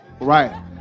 right